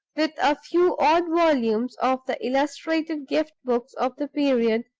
with a few odd volumes of the illustrated gift-books of the period,